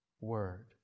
word